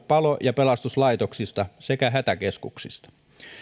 palo ja pelastuslaitoksista sekä hätäkeskuksista